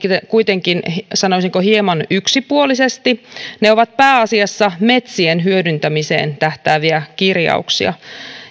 kuitenkin sanoisinko hieman yksipuolisesti ne ovat pääasiassa metsien hyödyntämiseen tähtääviä kirjauksia